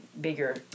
bigger